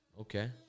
Okay